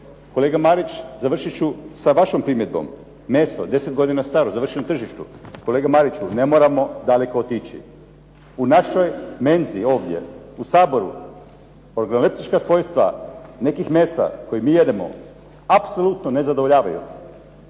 Kolega Marić, završiti ću sa vašom primjedbom. Meso 10 godina staro završilo na tržištu. Kolega Mariću, ne moramo daleko otići. U našoj menzi ovdje u Saboru … /Govornik se ne razumije./ … svojstva nekih mesa kojeg mi jedemo apsolutno ne zadovoljavaju.